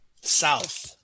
South